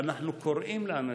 ואנחנו קוראים לאנשים,